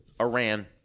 Iran